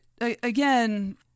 again